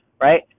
right